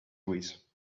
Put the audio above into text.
louise